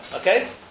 okay